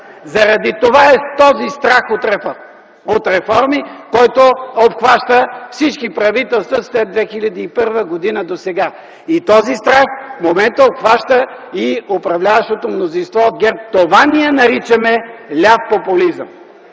заради това е и този страх от реформи, който обхваща всички правителства след 2001 г. досега. И този страх в момента обхваща и управляващото мнозинство от ГЕРБ. Това ние наричаме „ляв популизъм”.